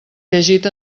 llegit